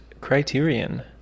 criterion